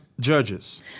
...judges